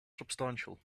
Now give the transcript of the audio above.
substantial